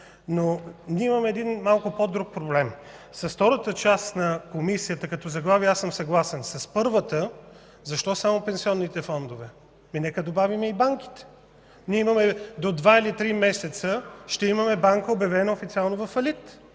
Ние имаме един малко по-друг проблем. С втората част на Комисията като заглавие аз съм съгласен. С първата – защо само пенсионните фондове? Нека да добавим „и банките”. До два или три месеца ще имаме банка, обявена официално във